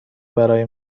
برای